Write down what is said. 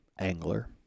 angler